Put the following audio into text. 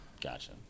gotcha